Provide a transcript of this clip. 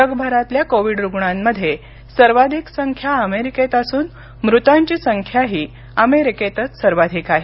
जगभरातल्या कोविड रुग्णांमध्ये सर्वाधिक संख्या अमेरिकेत असून मृतांची संख्याही अमेरिकेतच सर्वाधिक आहे